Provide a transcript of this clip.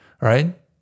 right